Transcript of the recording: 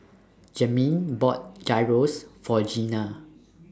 Jamin bought Gyros For Gina